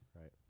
Right